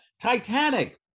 titanic